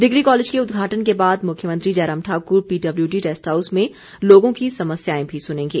degree college के उदघाटन के बाद मुख्यमंत्री Jairam Thakur PWD rest house में लोगों की समस्याएं भी सुनेंगे